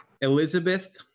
Elizabeth